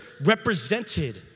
represented